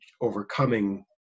overcoming